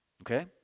Okay